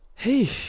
Hey